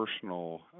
personal